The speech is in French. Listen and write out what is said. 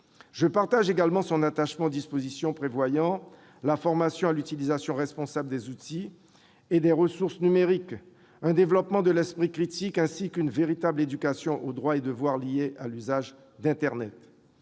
Je partage également son attachement aux dispositions prévoyant la formation à l'utilisation responsable des outils et des ressources numériques et le développement de l'esprit critique, ainsi qu'une véritable éducation aux droits et devoirs liés à l'usage d'internet.